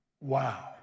wow